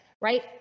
right